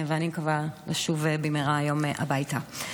ואני מקווה לשוב במהרה היום הביתה.